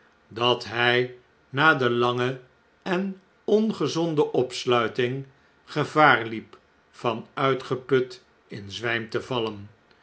h j na de lange en ongezonde opsluiting gevaar hep van uitgeput in zwjjm te vallen